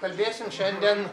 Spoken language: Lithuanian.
kalbėsim šiandien